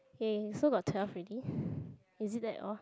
ya ya ya so got twelve already is it that off